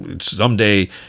someday